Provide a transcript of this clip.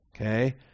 Okay